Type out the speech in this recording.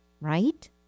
right